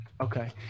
Okay